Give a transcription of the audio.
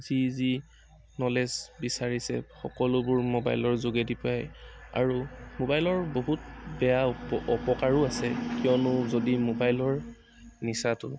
যি যি ন'লেজ বিচাৰিছে সকলোবোৰ মোবাইলৰ যোগেদি পায় আৰু মোবাইলৰ বহুত বেয়াও অপকাৰো আছে কিয়নো যদি মোবাইলৰ নিচাটো